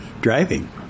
driving